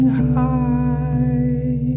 high